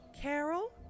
Carol